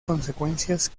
consecuencias